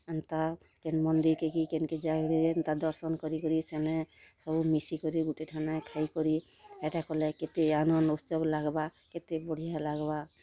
ଏନ୍ତା କେନ୍ ମନ୍ଦିରକେ କି କେନକେ କେନ୍ ଜାଗାକେ ଏନ୍ତା ଦର୍ଶନ କରିକରି ସେନେ ସବୁ ମିଶିକରି ଗୁଟେ ଠାନେ ଖାଇକରି ହେଟା କଲେ କେତେ ଆନନ୍ଦ ଉତ୍ସବ ଲାଗବା କେତେ ବଢ଼ିଆ ଲାଗବା